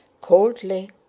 coldly